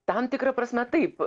tam tikra prasme taip